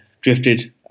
drifted